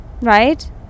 right